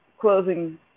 closing